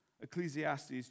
Ecclesiastes